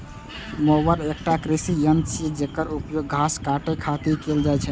mower एकटा कृषि यंत्र छियै, जेकर उपयोग घास काटै खातिर कैल जाइ छै